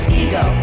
ego